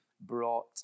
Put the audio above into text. brought